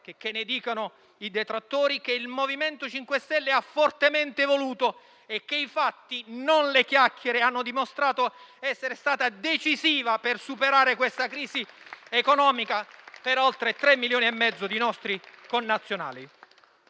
checché ne dicano i detrattori - che il MoVimento 5 Stelle ha fortemente voluto e che i fatti, non le chiacchiere, hanno dimostrato essere stata decisiva per superare questa crisi economica per oltre 3,5 milioni di nostri connazionali.